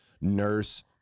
nurse